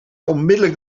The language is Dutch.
onmiddelijk